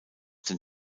den